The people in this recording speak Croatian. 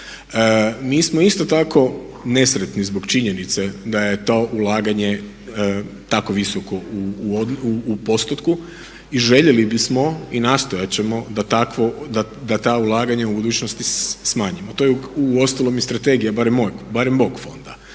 Mi smo isto tako nesretni zbog činjenice da je to ulaganje tako visoko u postotku i željeli bismo i nastojati ćemo da ta ulaganja u budućnosti smanjimo. To je uostalom i strategija barem mog fonda.